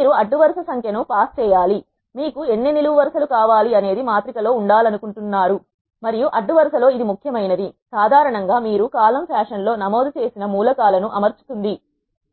మీరు అడ్డు వరుస సంఖ్య ను పాస్ చేయాలిమీకు ఎన్ని నిలువు వరుస లు కావాలి అనేది మాత్రిక లో ఉండాలనుకుంటున్నారు మరియు అడ్డు వరుసలో ఇది ముఖ్యమైనదిసాధారణంగా మీరు కాలమ్ ఫ్యాషన్ లో నమోదు చేసిన మూలకాలను అమర్చుతుంది